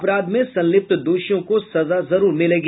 अपराध में संलिप्त दोषियों को सजा जरूर मिलेगी